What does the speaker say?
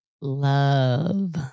love